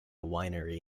winery